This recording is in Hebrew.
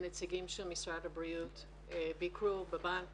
לפני שבוע נציגים של משרד הבריאות ביקרו בבנק